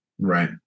Right